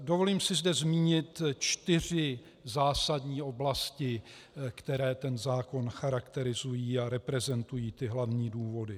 Dovolím si zde zmínit čtyři zásadní oblasti, které ten zákon charakterizují a reprezentují ty hlavní důvody.